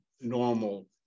normal